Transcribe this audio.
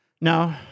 No